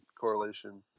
correlation